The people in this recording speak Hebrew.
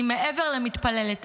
אני מעבר למתפללת,